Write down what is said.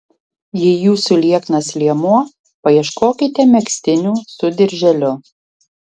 jei jūsų lieknas liemuo paieškokite megztinių su dirželiu